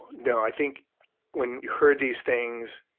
no, i think when you heard these things,